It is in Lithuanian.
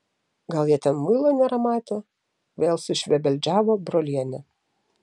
gal jie ten muilo nėra matę vėl sušvebeldžiavo brolienė